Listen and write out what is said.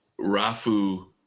Rafu